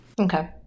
okay